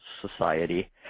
Society